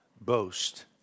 boast